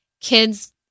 kids